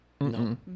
No